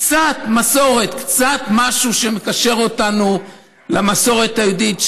קצת מסורת, קצת משהו שמקשר אותנו למסורת היהודית.